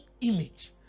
image